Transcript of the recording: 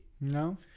No